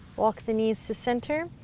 walk the knees to center,